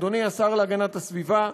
אדוני השר להגנת הסביבה,